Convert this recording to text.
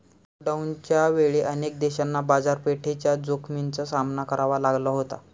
लॉकडाऊनच्या वेळी अनेक देशांना बाजारपेठेच्या जोखमीचा सामना करावा लागला होता